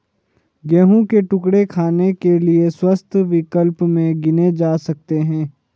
गेहूं के टुकड़े खाने के लिए स्वस्थ विकल्प में गिने जा सकते हैं